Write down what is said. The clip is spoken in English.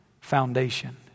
foundation